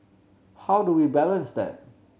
how do we balance that